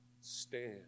stand